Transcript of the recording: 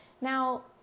Now